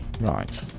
Right